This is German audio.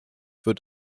wird